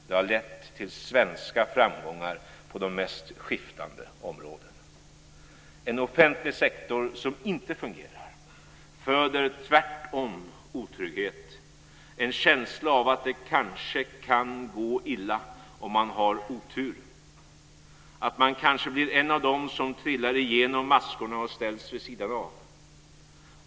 Det har lett till svenska framgångar på de mest skiftande områden. En offentlig sektor som inte fungerar föder tvärtom otrygghet, en känsla av att det kanske kan gå illa om man har otur, att man kanske blir en av dem som trillar igenom maskorna och ställs vid sidan av.